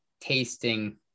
tasting